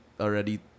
already